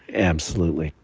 absolutely.